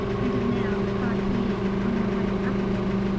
and are now, five p m, on our way up again.